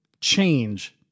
change